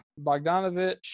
bogdanovich